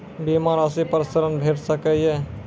बीमा रासि पर ॠण भेट सकै ये?